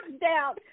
down